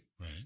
Right